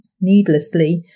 needlessly